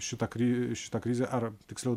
šita kri šita krizė ar tiksliau